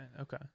okay